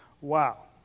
Wow